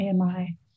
AMI